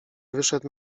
wyszedł